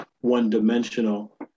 one-dimensional